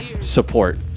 support